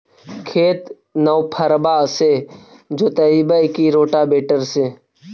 खेत नौफरबा से जोतइबै की रोटावेटर से?